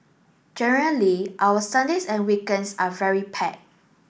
generally our Sundays and weekends are very packed